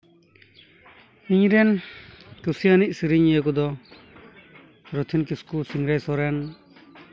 ᱤᱧ ᱨᱮᱱ ᱠᱩᱥᱤᱭᱟᱱᱤᱡ ᱥᱮᱨᱮᱧᱤᱭᱟᱹ ᱠᱚᱫᱚ ᱨᱚᱛᱷᱤᱱ ᱠᱤᱥᱠᱩ ᱥᱤᱝᱨᱟᱹᱭ ᱥᱚᱨᱮᱱ